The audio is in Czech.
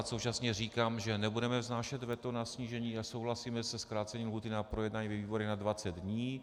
Současně říkám, že nebudeme vznášet veto na snížení a souhlasíme se zkrácením na projednání ve výborech na 20 dní.